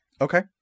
Okay